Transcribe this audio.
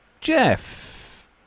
Jeff